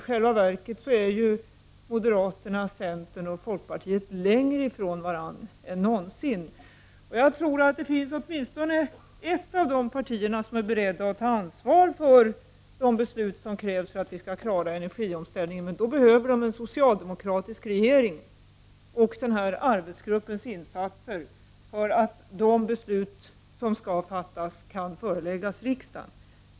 I själva verket är ju moderaterna, centern och folkpartiet längre ifrån varandra än någonsin. Jag tror att det är åtminstone ett av dessa partier som är berett att ta ansvar för de beslut som krävs för att energiomställningen skall kunna klaras. Men det förutsätter en socialdemokratisk regering och den här arbetsgruppens insatser för att de beslut som skall fattas kan föreläggas riksdagen.